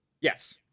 Yes